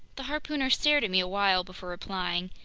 the harpooner stared at me awhile before replying,